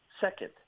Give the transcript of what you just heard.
Second